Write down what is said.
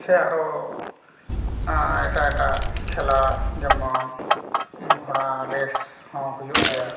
ᱥᱮ ᱟᱨᱚ ᱮᱴᱟᱜ ᱮᱴᱟᱜ ᱠᱷᱮᱞᱟ ᱡᱮᱢᱚᱱ ᱜᱷᱚᱲᱟ ᱨᱮᱥᱴ ᱦᱚᱸ ᱦᱩᱭᱩᱜ ᱜᱮᱭᱟ